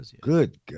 Good